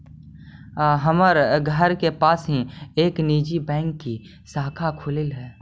हमर घर के पास ही एक निजी बैंक की शाखा खुललई हे